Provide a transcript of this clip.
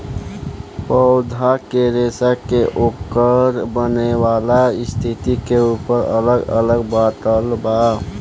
पौधा के रेसा के ओकर बनेवाला स्थिति के ऊपर अलग अलग बाटल बा